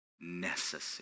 necessary